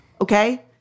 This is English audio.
Okay